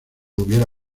hubiera